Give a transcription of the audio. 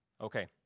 Okay